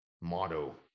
motto